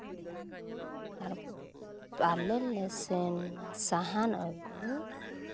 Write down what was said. ᱟᱨ ᱟᱞᱮᱞᱮ ᱥᱮᱱ ᱞᱮᱱᱟ ᱥᱟᱦᱟᱱ ᱟᱹᱜᱩ